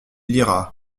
lira